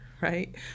right